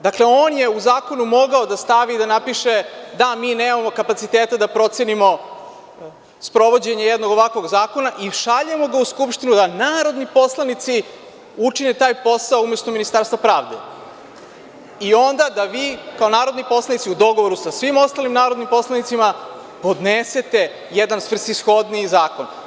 Dakle, on je u zakon mogao da stavi i da napiše – da, mi nemamo kapaciteta da procenimo sprovođenje jednog ovakvog zakona i šaljemo ga u Skupštinu da narodni poslanici učine taj posao umesto Ministarstva pravde i onda da vi, kao narodni poslanici, u dogovoru sa svim ostalim narodnim poslanicima podnesete jedan svrsishodniji zakon.